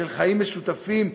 בחיים משותפים,